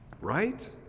Right